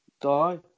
die